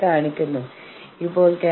അവർക്ക് ചായ നൽകൂ